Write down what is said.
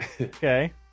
Okay